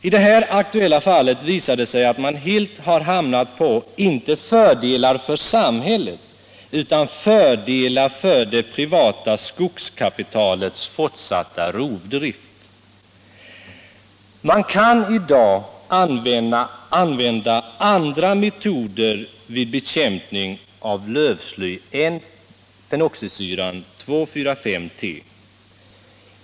I det här aktuella fallet visar det sig att man helt har hamnat på inte ”fördelar för samhället” utan fördelar för det privata skogskapitalets fortsatta rovdrift. Man kan i dag använda andra metoder vid bekämpning av lövsly än fenoxisyran 2,4,5-T.